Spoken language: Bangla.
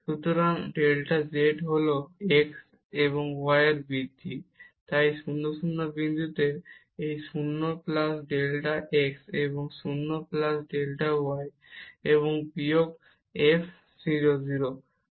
সুতরাং ডেল্টা z হল x এবং y এর এই বৃদ্ধি তাই 0 0 বিন্দুতে তাই 0 প্লাস ডেল্টা x এবং 0 প্লাস ডেল্টা y এবং বিয়োগ f 0 0